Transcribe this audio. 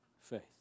faith